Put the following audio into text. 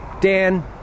Dan